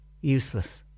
useless